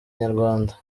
inyarwanda